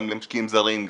גם למשקיעים זרים,